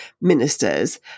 ministers